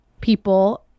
people